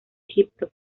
egipto